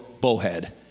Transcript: bowhead